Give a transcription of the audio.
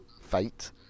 fate